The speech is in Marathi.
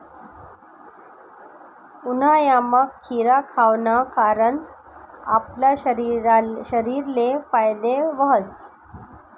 उन्हायामा खीरा खावाना कारण आपला शरीरले फायदा व्हस